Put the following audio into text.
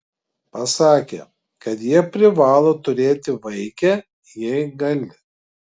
pasakė kad jie privalo turėti vaikę jei gali